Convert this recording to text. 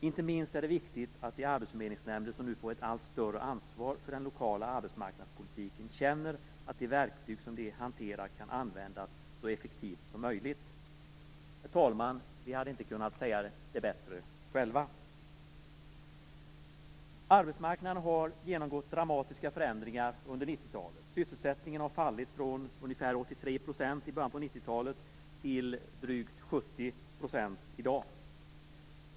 Inte minst är det viktigt att de arbetsförmedlingsnämnder som nu får ett allt större ansvar för den lokala arbetsmarknadspolitiken känner att de verktyg som de hanterar kan användas så effektivt som möjligt." Herr talman! Vi hade inte kunnat säga det bättre själva. Arbetsmarknaden har genomgått dramatiska förändringar under 90-talet. Sysselsättningen har fallit från ungefär 83 % i början av 90-talet till drygt 70 % i dag.